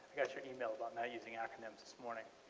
got your e-mail about not using acronyms this morning.